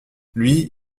lui